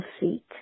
seat